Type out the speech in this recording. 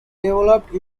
developed